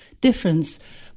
difference